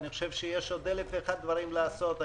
יש עוד אלף ואחד דברים לעשות.